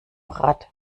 rad